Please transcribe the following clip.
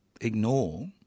ignore